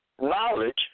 Knowledge